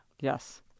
Yes